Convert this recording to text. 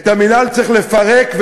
את המינהל צריך לפרק,